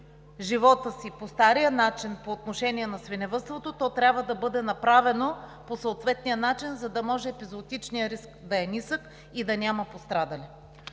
живота си по стария начин по отношение на свиневъдството, то трябва да бъде направено по съответния начин, за да може епизоотичният риск да е нисък и да няма пострадали.